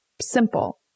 Simple